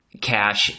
Cash